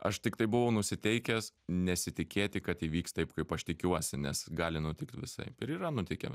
aš tiktai buvau nusiteikęs nesitikėti kad įvyks taip kaip aš tikiuosi nes gali nutikt visaip ir yra nutikę